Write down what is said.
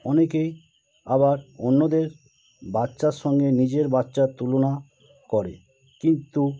অনেকেই আবার অন্যদের বাচ্চার সঙ্গে নিজের বাচ্চার তুলনা করে কিন্তু